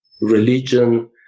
religion